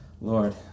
Lord